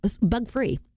bug-free